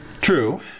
True